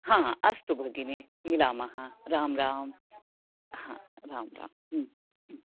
हां हां अस्तु भगिनी मिलामः राम् राम् हां राम् राम्